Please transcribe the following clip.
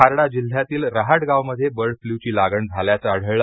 हारडा जिल्ह्यातील रहाटगाव मध्ये bird flu ची लागण झाल्याचे आढळले